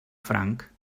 franc